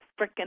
freaking